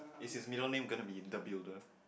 it is middle name gonna be interbuilder